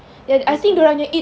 that's what